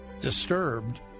disturbed